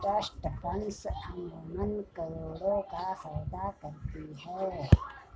trust funds अमूमन करोड़ों का सौदा करती हैं